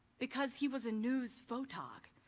because he was a news photog.